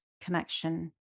connection